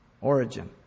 origin